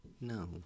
no